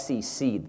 SEC